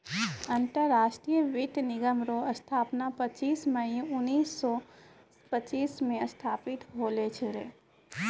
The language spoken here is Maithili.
अंतरराष्ट्रीय वित्त निगम रो स्थापना पच्चीस मई उनैस सो पच्चीस मे स्थापित होल छै